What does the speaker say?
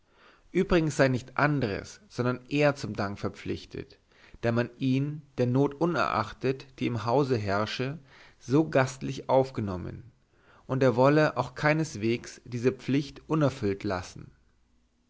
übrigens sei nicht andres sondern er zum dank verpflichtet da man ihn der not unerachtet die im hause herrsche so gastlich aufgenommen und er wolle auch keineswegs diese pflicht unerfüllt lassen